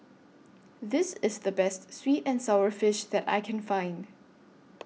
This IS The Best Sweet and Sour Fish that I Can Find